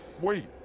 Wait